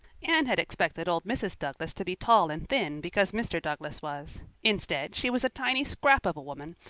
anne had expected old mrs. douglas to be tall and thin, because mr. douglas was. instead, she was a tiny scrap of a woman,